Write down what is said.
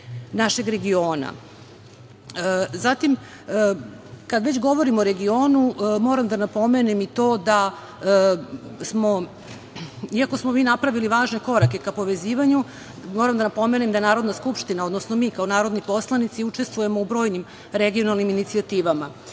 našeg regiona. Kada već govorimo o regionu, iako smo mi napravili važne korake ka povezivanju, moram da napomenem da Narodna skupština, odnosno mi kao narodni poslanici, učestvujemo u brojnim regionalnim inicijativama.